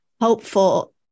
helpful